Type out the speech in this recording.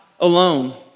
alone